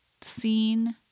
scene